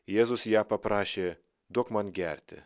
jėzus ją paprašė duok man gerti